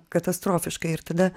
katastrofiška ir tada